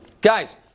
Guys